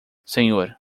senhor